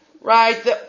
Right